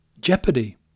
Jeopardy